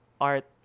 art